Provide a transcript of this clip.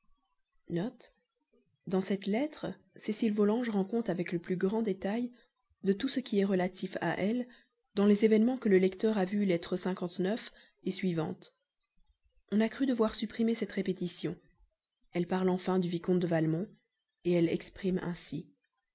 dans cette lettre cécile volanges rend compte dans le plus grand détail de tout ce qui est relatif à elle dans les événemens que le lecteur a vus à la fin de la première partie on a cru devoir supprimer cette répétition elle parle enfin du vicomte de valmont elle s'exprime ainsi